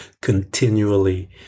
continually